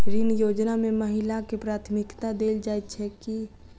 ऋण योजना मे महिलाकेँ प्राथमिकता देल जाइत छैक की?